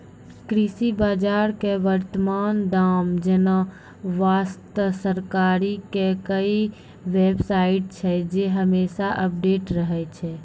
कृषि बाजार के वर्तमान दाम जानै वास्तॅ सरकार के कई बेव साइट छै जे हमेशा अपडेट रहै छै